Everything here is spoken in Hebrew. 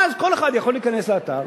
ואז כל אחד יכול להיכנס לאתר,